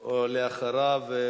אחריו,